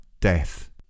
death